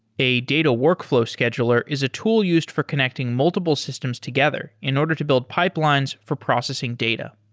a data workflow scheduler is a tool used for connecting multiple systems together in order to build pipelines for processing data.